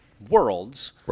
worlds